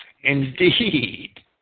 Indeed